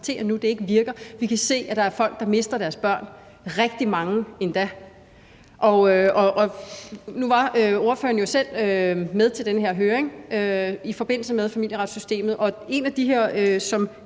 nu, at det ikke virker, vi kan se, at der er folk, der mister deres børn – rigtig mange endda. Nu var ordføreren jo selv med til den her høring i forbindelse med familieretssystemet, og en af dem her –